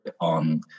on